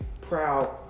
proud